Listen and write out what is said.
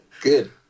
Good